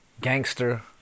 gangster